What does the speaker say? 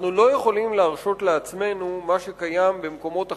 אנחנו לא יכולים להרשות לעצמנו מה שקיים במקומות אחרים,